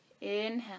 Inhale